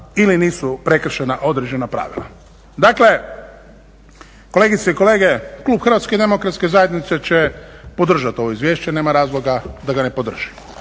ili nisu prekršena određena pravila? Dakle, kolegice i kolege, klub HDZ-a će podržati ovo izvješće, nema razloga da ga ne podrži